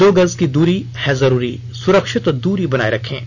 दो गज की दूरी है जरूरी सुरक्षित दूरी बनाए रखें